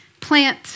Plant